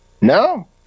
No